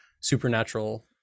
supernatural